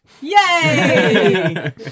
Yay